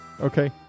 Okay